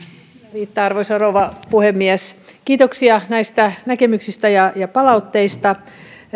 riittää arvoisa rouva puhemies kiitoksia näistä näkemyksistä ja ja palautteista